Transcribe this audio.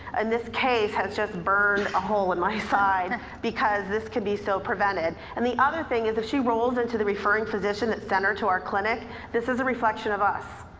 and this case has just burned a hole in my side because this could be so prevented. and the other this is if she rolled into the referring position that's center to our clinic this is a reflection of us,